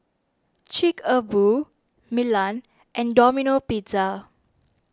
Chic A Boo Milan and Domino Pizza